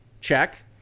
check